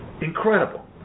incredible